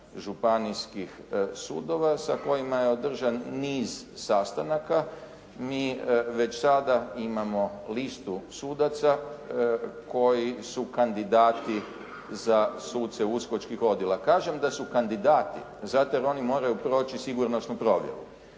županijskih sudova sa kojima je održan niz sastanaka. Mi već sada imamo listu sudaca koji su kandidati za suce USKOK-čkih odjela. Kažem da su kandidati, zato jer oni moraju proći sigurnosnu provjeru.